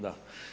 Da.